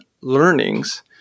learnings